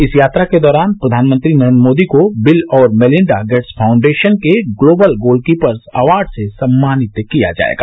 इस यात्रा के दौरान प्रघानमंत्री नरेन्द्र मोदी को बिल और मेलिंडा गेट्स फाउंडेशन के ग्लोबल गोलकीपर्स अवार्ड से सम्मानित किया जाएगा